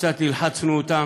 שקצת הלחצנו אותה